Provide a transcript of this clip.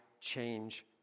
change